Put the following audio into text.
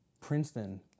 Princeton